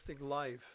life